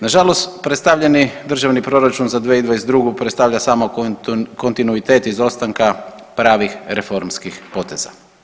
Nažalost predstavljeni državni proračun za 2022. predstavlja samo kontinuitet izostanka pravih reformskih poteza.